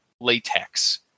latex